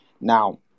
Now